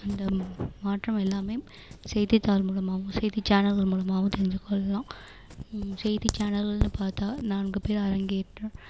அந்த மாற்றம் எல்லாமே செய்தித்தாள் மூலமாகவும் செய்திச் சேனல்கள் மூலமாகவும் தெரிந்துக் கொள்ளலாம் செய்திச் சேனல்கள்னு பார்த்தா நான்கு பேர் அரங்கேற்று